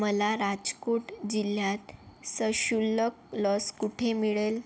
मला राजकोट जिल्ह्यात सशुल्क लस कुठे मिळेल